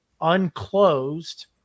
unclosed